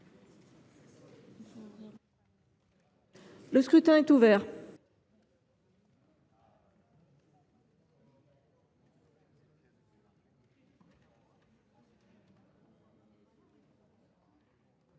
Le scrutin est ouvert.